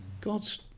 God's